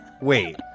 wait